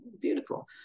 beautiful